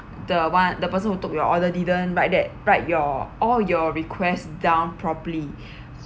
the [one] the person who took your order didn't write that write your all your request down properly